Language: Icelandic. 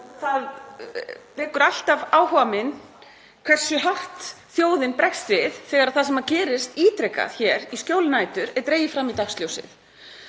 það vekur alltaf áhuga minn hversu hart þjóðin bregst við þegar það sem gerist ítrekað hér í skjóli nætur er dregið fram í dagsljósið.